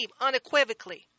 unequivocally